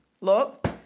look